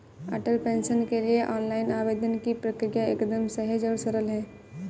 अटल pension के लिए online आवेदन की प्रक्रिया एकदम सहज और सरल है